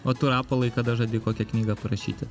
o tu rapolai kada žadi kokią knygą parašyti